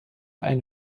ein